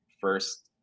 first